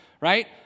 Right